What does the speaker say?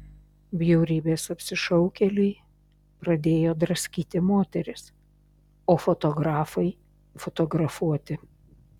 bjaurybės apsišaukėliai pradėjo draskyti moteris o fotografai fotografuoti